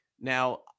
Now